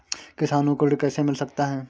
किसानों को ऋण कैसे मिल सकता है?